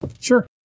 Sure